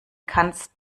kannst